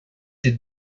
did